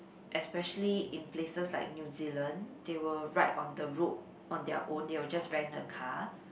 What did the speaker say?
especially in places like New Zealand they will ride on the road on their own they will just rent a car